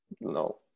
No